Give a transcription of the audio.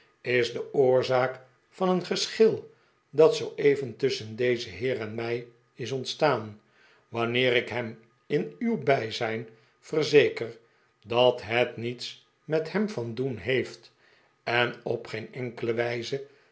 is de oorzaak van een geschil dat zooeven tusschen dezen heer en mij is ontstaan wanneer ik hem in uw bij zijn verzeker dat het niets met hem van doen heeft en dp geen enkele wijze